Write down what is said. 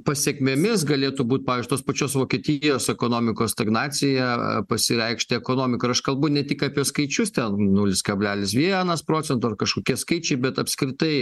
pasekmėmis galėtų būt pavyzdžiui tos pačios vokietijos ekonomikos stagnacija pasireikšti ekonomikoj ir aš kalbu ne tik apie skaičius ten nulis kablelis vienas procento ar kažkokie skaičiai bet apskritai m